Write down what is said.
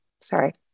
Sorry